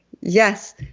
Yes